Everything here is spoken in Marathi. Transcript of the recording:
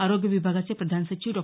आरोग्य विभागाचे प्रधान सचिव डॉ